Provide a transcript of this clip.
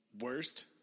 worst